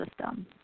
system